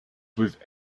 with